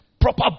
proper